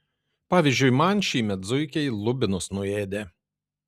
pavyzdžiui man šįmet zuikiai lubinus nuėdė